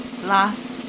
last